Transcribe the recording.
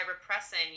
repressing